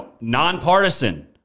nonpartisan